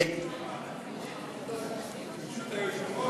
ברשות היושבת-ראש,